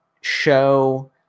show